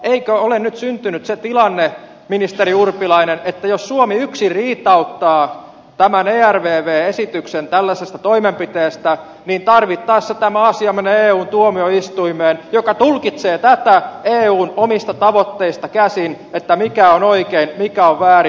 eikö ole nyt syntynyt se tilanne ministeri urpilainen että jos suomi yksin riitauttaa tämän ervv esityksen tällaisesta toimenpiteestä niin tarvittaessa tämä asia menee eun tuomioistuimeen joka tulkitsee tätä eun omista tavoitteista käsin että mikä on oikein ja mikä on väärin